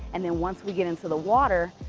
and then once we get into the water,